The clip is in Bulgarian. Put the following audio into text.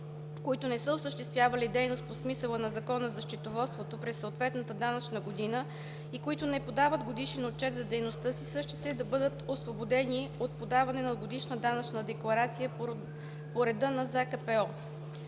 които не са осъществявали дейност по смисъла на Закона за счетоводството през съответната данъчната година и които не подават годишен отчет за дейността си, същите да бъдат освободени и от подаване на годишна данъчна декларация по реда на Закона